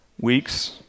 Weeks